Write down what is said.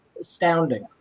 astounding